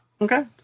Okay